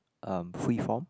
uh free form